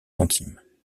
centimes